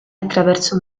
attraverso